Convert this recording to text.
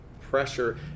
pressure